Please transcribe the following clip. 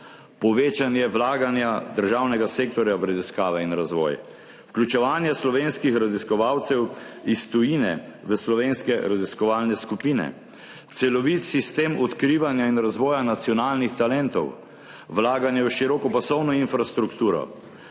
povečanje vlaganja državnega sektorja v raziskave in razvoj, vključevanje slovenskih raziskovalcev iz tujine v slovenske raziskovalne skupine, celovit sistem odkrivanja in razvoja nacionalnih talentov, vlaganja v širokopasovno infrastrukturo,